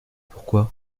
pourquoi